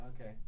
Okay